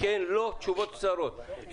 לא משתלם לבנות לולי מעוף,